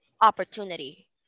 opportunity